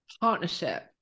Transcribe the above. partnership